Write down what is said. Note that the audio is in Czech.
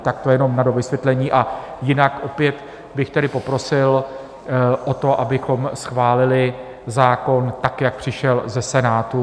To jenom na dovysvětlení a jinak opět bych poprosil o to, abychom schválili zákon tak, jak přišel ze Senátu.